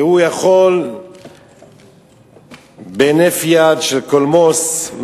יכול בהינף יד של קולמוס,